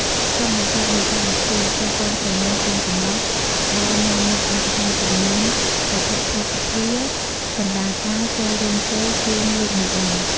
ចុងបញ្ចប់នៃកម្មវិធីគឺកូនក្រមុំកូនកំលោះដើរនាំមុខអ្នកហែជំនូន វត្ថុភស្តភាបណ្ណាការចូលរោងជ័យជូនលោកមេបា។